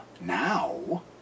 now